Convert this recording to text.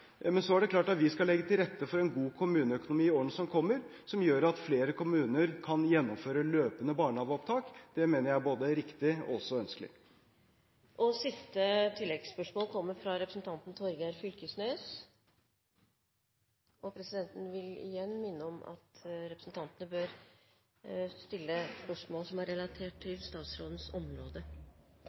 Men så er det klart at vi skal legge til rette for en god kommuneøkonomi i årene som kommer, som gjør at flere kommuner kan gjennomføre løpende barnehageopptak. Det mener jeg er både riktig og ønskelig. Torgeir Knag Fylkesnes – til siste oppfølgingsspørsmål. Presidenten vil igjen minne om at representantene bør stille spørsmål som er relatert til statsrådenes område.